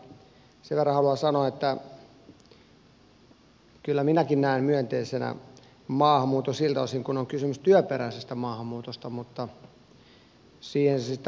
sen verran haluan sanoa että kyllä minäkin näen myönteisenä maahanmuuton siltä osin kuin on kysymys työperäisestä maahanmuutosta mutta siihen se sitten aika pitkälle jääkin